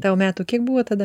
tau metų kiek buvo tada